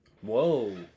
Whoa